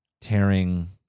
tearing